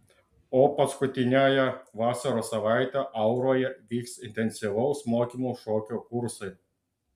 o paskutiniąją vasaros savaitę auroje vyks intensyvaus mokymo šokio kursai